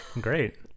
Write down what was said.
Great